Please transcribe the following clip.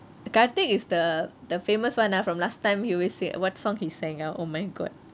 karthik is the the famous [one] ah from last time he always sing what song he sang ah oh my god